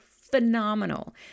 phenomenal